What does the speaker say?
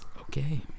Okay